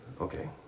Okay